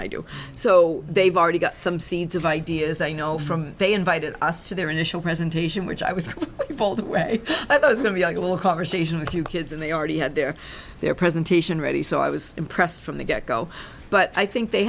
i do so they've already got some seeds of ideas that you know from they invited us to their initial presentation which i was told that was going to be like a little conversation with your kids and they already had their their presentation ready so i was impressed from the get go but i think they